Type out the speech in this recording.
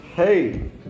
hey